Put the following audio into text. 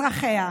אזרחיה.